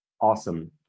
Awesome